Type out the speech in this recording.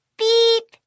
beep